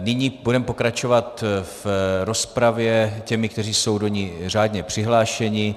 Nyní budeme pokračovat v rozpravě těmi, kteří jsou do ní řádně přihlášeni.